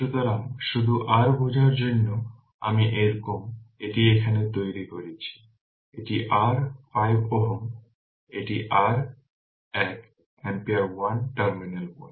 সুতরাং শুধু r বোঝার জন্য আমি একরকম এটি এখানে তৈরি করছি এটি r 5 Ω এটি r এক ampere 1 টার্মিনাল 1